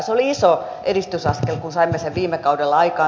se oli iso edistysaskel kun saimme sen viime kaudella aikaan